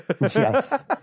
Yes